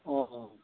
অঁ অঁ